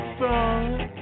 thought